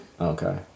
Okay